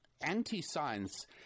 anti-science